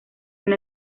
una